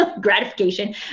gratification